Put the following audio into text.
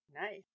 Nice